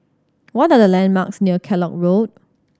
what are the landmarks near Kellock Road